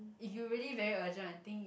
if you really very urgent I think